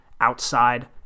Outside